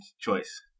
choice